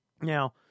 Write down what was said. Now